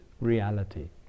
reality